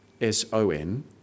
S-O-N